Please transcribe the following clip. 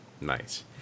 Nice